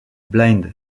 blind